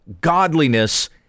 godliness